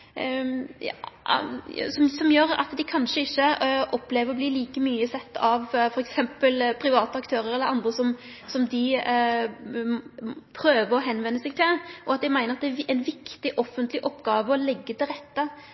dei kanskje ikkje opplever å verte like mykje sett av f.eks. private aktørar eller andre som dei prøver å vende seg til. Eg meiner det er ei viktig offentleg oppgåve å leggje til rette